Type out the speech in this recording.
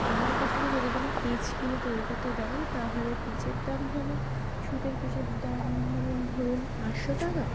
আমার কাছ থেকে যদি কোনো পিস কিনে তৈরি করতে দেয় তাহলে পিসের দাম যেমন সুতোর পিসের দাম যেমন ধরুন আটশো টাকা